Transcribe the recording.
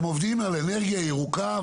אתם עובדים על אנרגיה ירוקה,